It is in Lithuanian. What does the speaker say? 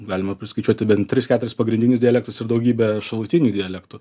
galima priskaičiuoti bent tris keturis pagrindinius dialektus ir daugybę šalutinių dialektų